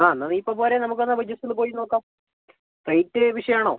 ആ എന്നാൽ നീ ഇപ്പം പോര് നമുക്ക് എന്നാൽ പോയി ജസ്റ്റ് ഒന്ന് പോയി നോക്കാം സൈറ്റ് വിഷയമാണോ